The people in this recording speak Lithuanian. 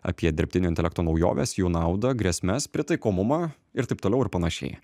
apie dirbtinio intelekto naujoves jų naudą grėsmes pritaikomumą ir taip toliau ir panašiai